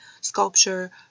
sculpture